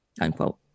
unquote